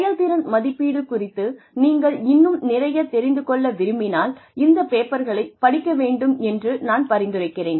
செயல்திறன் மதிப்பீடு குறித்து நீங்கள் இன்னும் நிறைய தெரிந்து கொள்ள விரும்பினால் இந்த பேப்பர்களை படிக்க வேண்டும் என்று நான் பரிந்துரைக்கிறேன்